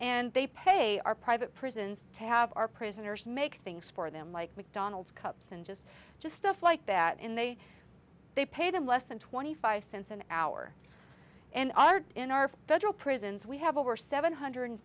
and they pay our private prisons to have our prisoners make things for them like mcdonald's cups and just just stuff like that in they they pay them less than twenty five cents an hour and are in our federal prisons we have over seven hundred